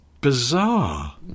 bizarre